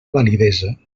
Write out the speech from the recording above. validesa